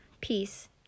peace